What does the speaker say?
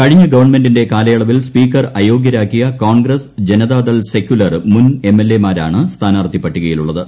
കഴിഞ്ഞ ഗവൺമെന്റിന്റെ കാലയളവിൽ സ്പ്പീക്കർ അയോഗ്യരാക്കിയ കോൺഗ്രസ് ജനതാദൾ സെക്യുലർ മുൻഎംഎൽഎമാരാണ് സ്ഥാനാർഥി പട്ടികയിൽ ഉള്ളത്